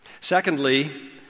Secondly